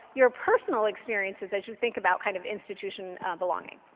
your personal experiences as you think about kind of institution belonging.